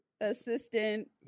assistant